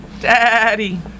Daddy